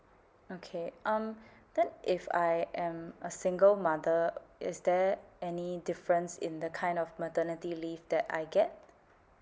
okay um then if I am a single mother is there any difference in the kind of maternity leave that I get